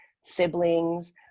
siblings